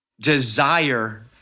desire